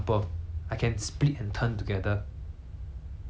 ya you know I can do a good I can do like